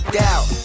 doubt